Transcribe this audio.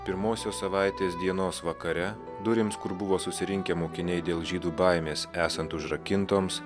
pirmosios savaitės dienos vakare durims kur buvo susirinkę mokiniai dėl žydų baimės esant užrakintoms